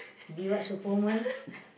be what superwoman